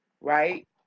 Right